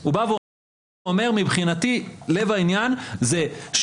הוא אומר שמבחינתו לב העניין הוא שהוא